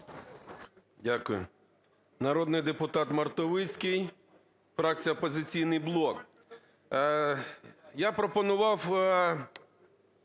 Дякую. Народний депутат Мартовицький, фракція "Опозиційний блок". Я пропонував